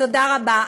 תודה רבה.